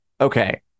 okay